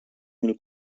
mil